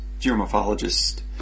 geomorphologist